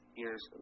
years